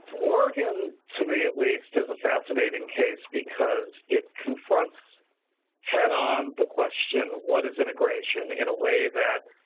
oregon, to me at least, is a fascinating case, because it confronts head-on the question, what is integration? in a way that